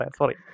sorry